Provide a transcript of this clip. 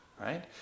right